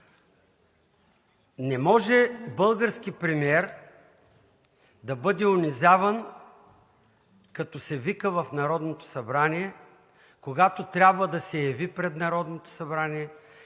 Не може български премиер да бъде унизяван, като се вика в Народното събрание, когато трябва да се яви пред Народното събрание,